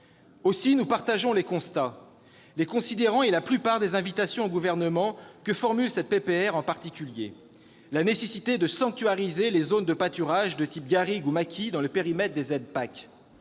Aussi, nous partageons les constats, les considérants et la plupart des invitations au Gouvernement que formule cette proposition de résolution, en particulier la nécessité de sanctuariser les zones de pâturage de type garrigue ou maquis dans le périmètre des aides